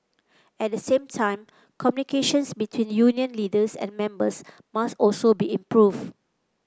at the same time communications between union leaders and members must also be improved